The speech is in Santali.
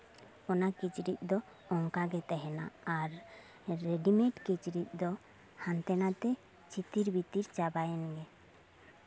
ᱚᱱᱟ ᱠᱤᱪᱨᱤᱡ ᱫᱚ ᱚᱱᱠᱟᱜᱮ ᱛᱟᱦᱮᱱᱟ ᱟᱨ ᱨᱮᱰᱤᱢᱮᱰ ᱠᱚᱪᱨᱚᱪ ᱫᱚ ᱦᱟᱱᱛᱮ ᱱᱟᱛᱮ ᱪᱷᱤᱛᱤᱨ ᱵᱤᱛᱤᱨ ᱪᱟᱵᱟᱭᱮᱱ ᱜᱮ